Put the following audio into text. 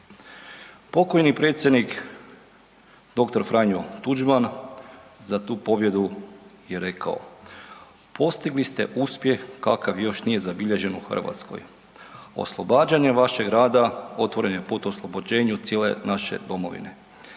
Pokojni predsjednik doktor Franjo Tuđman za tu pobjedu je rekao „postigli ste uspjeh kakav još nije zabilježen u Hrvatskoj, oslobađanje vašeg rada otvoren je put oslobođenju cijel naše domovine“.